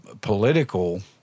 political